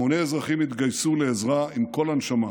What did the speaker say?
המוני אזרחים התגייסו לעזרה עם כל הנשמה,